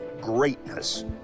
greatness